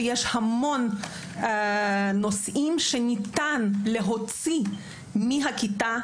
שיש המון נושאים שניתן להוציא מהכיתה,